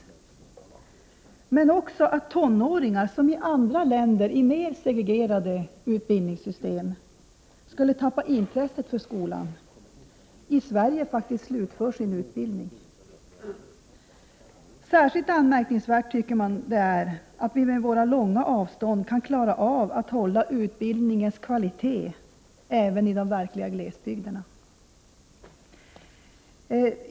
Man betonar också att tonåringar, som i mer segregerade skolsystem i andra länder skulle tappa intresset för skolan, i Sverige slutför sin utbildning. Särskilt anmärkningsvärt tycker man det är att vi med våra långa avstånd kan klara av att hålla utbildningens kvalitet även i de verkliga glesbygderna.